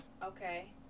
Okay